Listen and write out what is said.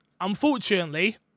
unfortunately